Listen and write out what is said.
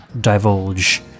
divulge